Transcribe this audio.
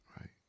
right